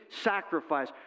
sacrifice